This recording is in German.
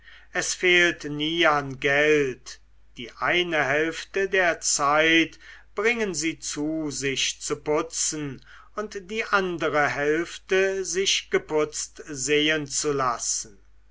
es fehlt nie an geld die eine hälfte der zeit bringen sie zu sich zu putzen und die andere hälfte sich geputzt sehen zu lassen